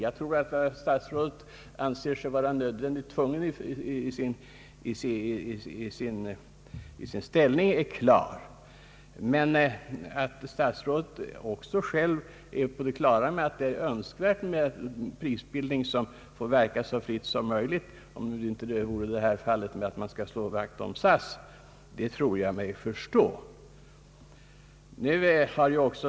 Jag tror mig förstå att statsrådets ståndpunkt i sin ställning som kommunikationsminister är klar men också att han själv förstår betydelsen av att en så fri prisbildning som möjligt är nödvändig, om det bara inte vore så att man i det här fallet måste slå vakt om SAS.